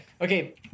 Okay